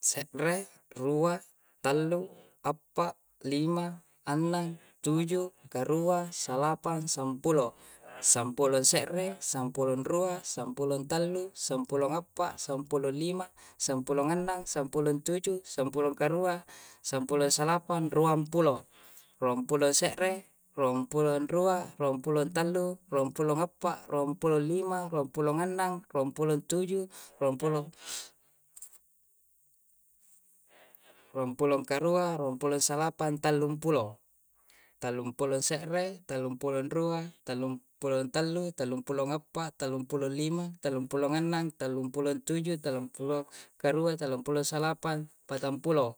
Se're, rua, tallu, appa, lima, anang, tuju, karua, salapang, sampulo. Sampulo se're, sompulo rua, sampolo tallu, sampulo ngappa, sampulo lima, sampulo annang, sampulo ntuju, sampulo karua, sampulo salapan, ruang pulo. Ruang pulo se're, ruang pulo rua, ruang pulo ntallu, ruang pulo ngapa, ruang pulo lima, ruang pulo nga'nang, ruang pulo ntuju, ruang pulo karua, ruang pulo salapang, tallung pulo. Tallung pulo se're, tallung pulo rua, talong pulo tallu, talung pulo ngappa, talung pulo lima, talung pulo nganang, talung pulo nganang, talung pulo tuju, talung pulo karua, talung pulo salapang, patang pulo.